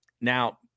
Now